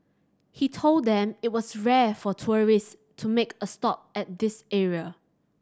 he told them it was rare for tourist to make a stop at this area